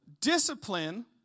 discipline